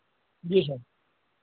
जी sir